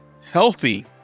healthy